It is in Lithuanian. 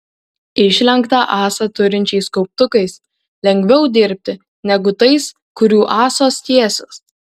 išlenktą ąsą turinčiais kauptukais lengviau dirbti negu tais kurių ąsos tiesios